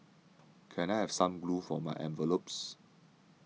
can I have some glue for my envelopes